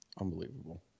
Unbelievable